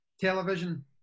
television